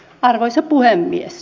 arvoisa puhemies